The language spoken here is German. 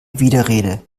widerrede